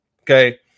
Okay